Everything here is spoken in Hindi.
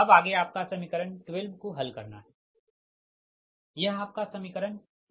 अब आगे आपका समीकरण 12 को हल करना है यह आपका समीकरण 12 है